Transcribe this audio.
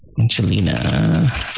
Angelina